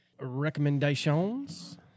Recommendations